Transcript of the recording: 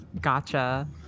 Gotcha